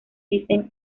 dicen